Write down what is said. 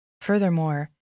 Furthermore